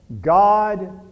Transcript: God